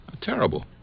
Terrible